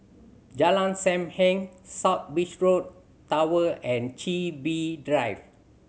Jalan Sam Heng South Beaches Road Tower and Chin Bee Drive